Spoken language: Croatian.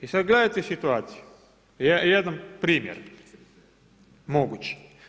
I sad gledajte situaciju, jedan primjer moguć.